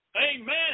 Amen